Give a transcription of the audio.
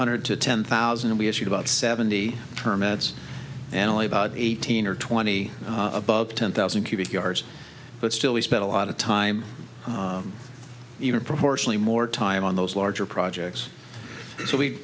hundred to ten thousand we issued about seventy terminates and only about eighteen or twenty above ten thousand cubic yards but still we spent a lot of time even proportionally more time on those larger projects so we